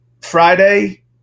Friday